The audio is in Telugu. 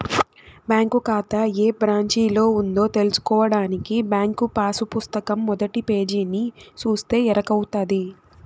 బ్యాంకు కాతా ఏ బ్రాంచిలో ఉందో తెల్సుకోడానికి బ్యాంకు పాసు పుస్తకం మొదటి పేజీని సూస్తే ఎరకవుతది